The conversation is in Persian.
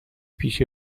پیش